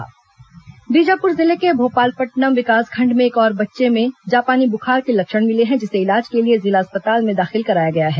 बीजापुर जापानी बुखार बीजापुर जिले के भोपालपट्नम विकासखंड में एक और बच्चे में जापानी बुखार के लक्षण मिले हैं जिसे इलाज के लिए जिला अस्पताल में दाखिल कराया गया है